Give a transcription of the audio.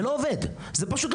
זה לא עובד ככה.